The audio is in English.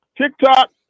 TikTok